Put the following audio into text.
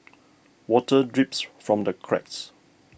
water drips from the cracks